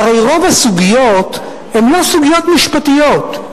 והרי רוב הסוגיות הן לא סוגיות משפטיות,